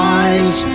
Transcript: eyes